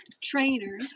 trainer